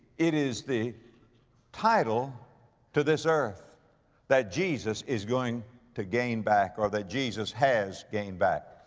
it is the title to this earth that jesus is going to gain back, or that jesus has gained back.